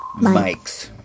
mics